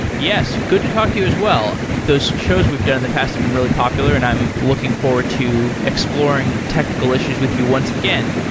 yes, good to talk to you as well. those shows we've done in the past have been really popular and i'm looking forward to exploring technical issues with you once again.